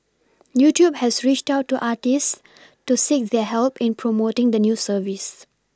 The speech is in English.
YouTube has reached out to artists to seek their help in promoting the new service